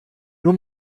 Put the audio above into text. nur